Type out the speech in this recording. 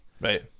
right